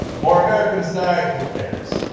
more americans die, who cares?